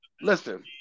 Listen